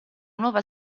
nuova